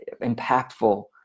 impactful